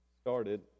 started